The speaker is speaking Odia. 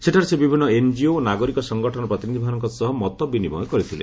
ସେଠାରେ ସେ ବିଭିନ୍ନ ଏନକିଓ ଓ ନାଗରିକ ସଂଗଠନର ପ୍ରତିନିଧିମାନଙ୍କ ସହ ମତ ବିନିମୟ କରିଥିଲେ